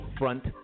front